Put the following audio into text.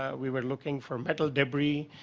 ah we were looking for metal debris.